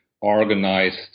organized